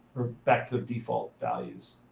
back to the default values.